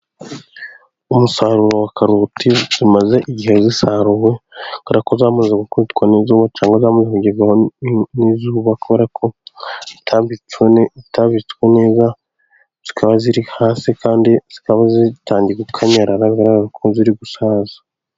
umusaruro wa karoti zimaze igihe zisaruwe kubera zamaze gukubitwa n'zuba cyangwa zamaze kugerwaho n'izuba , kubera ko zitabitswe neza, zikaba ziri hasi, kandi zikaba zitangiye gukanyarara, bigaragara ko zirimo gusaza.